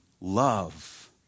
love